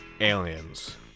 aliens